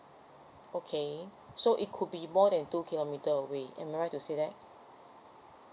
okay so it could be more than two kilometer away am I right to say that